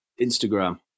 Instagram